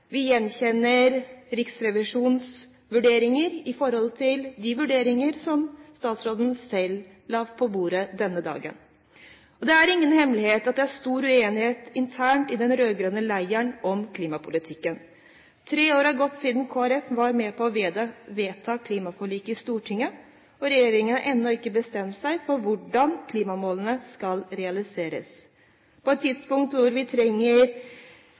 Vi gjenkjenner Riksrevisjonens vurderinger i de vurderinger som statsråden selv la på bordet denne dagen. Det er ingen hemmelighet at det er stor uenighet internt i den rød-grønne leiren om klimapolitikken. Tre år har gått siden Kristelig Folkeparti var med på å vedta klimaforliket i Stortinget, og regjeringen har ennå ikke bestemt seg for hvordan klimamålene skal realiseres. På et tidspunkt hvor vi trenger